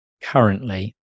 currently